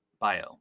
bio